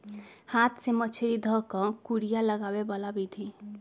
हाथ से मछरी ध कऽ कुरिया लगाबे बला विधि